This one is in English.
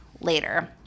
later